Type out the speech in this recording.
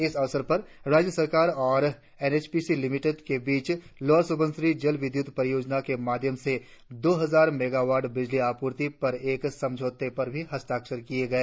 इस अवसर पर राज्य सरकार और N S P C limited के बीच लोअर सुबनसिरी जल विद्युत परियोजना के माध्यम से दो हजार मेघावट बिजली आपूर्ति पर एक समझौते पर हस्ताक्षर किये गए